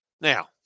Now